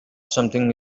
something